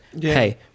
hey